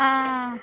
आं